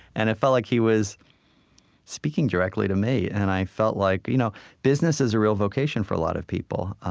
and it felt like he was speaking directly to me. and i felt like you know business is a real vocation for a lot of people,